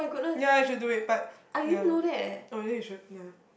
ya you should do it but ya oh then you should ya